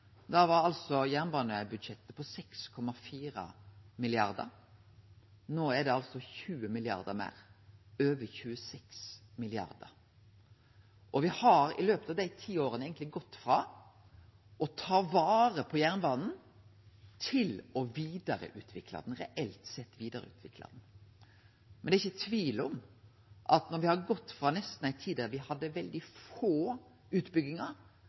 Da var jernbanebudsjettet på 6,4 mrd. kr. No er det på 20 mrd. kr meir – over 26 mrd. kr. Me har i løpet av dei ti åra gått frå å ta vare på jernbanen til reelt sett å vidareutvikle han. Men det er ikkje tvil om at når me har gått frå ei tid da me hadde veldig få utbyggingar